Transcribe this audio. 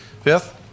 fifth